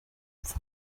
apfa